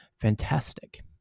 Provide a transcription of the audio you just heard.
Fantastic